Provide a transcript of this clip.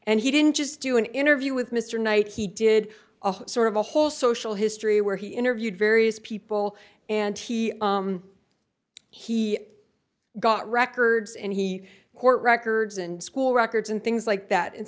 and he didn't just do an interview with mr knight he did a sort of a whole social history where he interviewed various people and he he got records and he court records and school records and things like that and